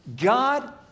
God